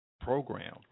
program